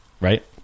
Right